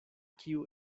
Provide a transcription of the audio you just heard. kiu